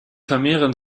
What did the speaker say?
vermehren